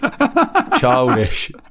Childish